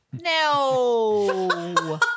No